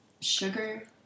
sugar